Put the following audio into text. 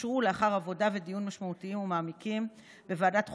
אושר לאחר עבודה ודיון משמעותיים ומעמיקים בוועדת החוקה,